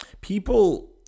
People